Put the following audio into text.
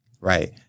right